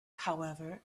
however